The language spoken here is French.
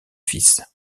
fils